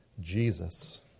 Jesus